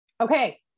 okay